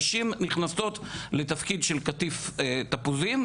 נשים נכנסות לתפקיד של קטיף תפוזים,